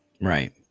Right